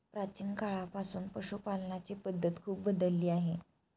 प्राचीन काळापासून पशुपालनाची पद्धत खूप बदलली आहे